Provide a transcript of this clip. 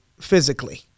physically